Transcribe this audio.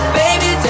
baby